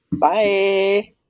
Bye